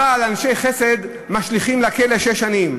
אבל אנשי חסד משליכים לכלא לשש שנים?